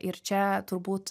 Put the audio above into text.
ir čia turbūt